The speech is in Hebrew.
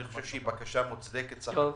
אני חושב שהיא בקשה מוצדקת בסך הכול.